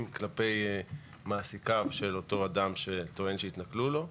כלפי מעסיקיו של אותו אדם שטוען שהתנכלו לו.